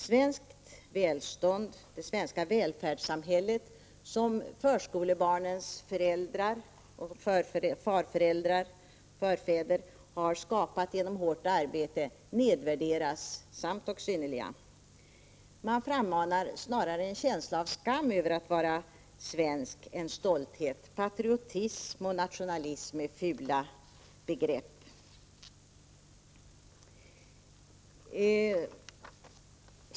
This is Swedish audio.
Svenskt välstånd, det svenska välfärdssamhället, som förskolebarnens föräldrar och förfäder har skapat genom hårt arbete nedvärderas samt och synnerligen. Man frammanar snarare en känsla av skam än stolthet över att vara svensk. Patriotism och nationalism är fula begrepp.